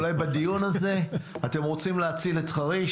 חריש?